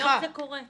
היום זה קורה.